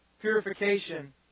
purification